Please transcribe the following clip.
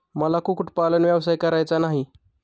मला कुक्कुटपालन व्यवसाय करायचा नाही